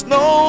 no